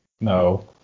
no